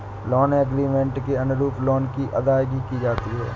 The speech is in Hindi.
लोन एग्रीमेंट के अनुरूप लोन की अदायगी की जाती है